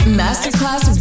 masterclass